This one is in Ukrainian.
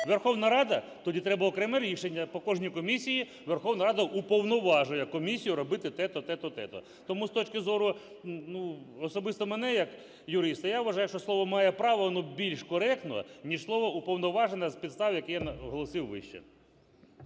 Верховна Рада? Тоді треба окреме рішення. По кожній комісії Верховна Рада уповноважує комісію робити те-то, те-то, те-то. Тому з точки зору особисто мене як юриста, я вважаю, що слово "має право", воно більш коректне, ніж слово "уповноважена", з підстав, які я оголосив вище.